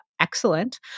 Excellent